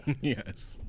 Yes